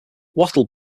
wattle